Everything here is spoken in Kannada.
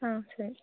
ಹಾಂ ಸರಿ